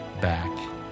back